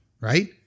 right